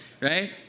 right